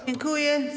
Dziękuję.